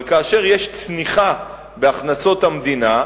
אבל כאשר יש צניחה בהכנסות המדינה,